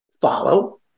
follow